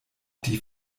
die